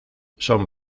son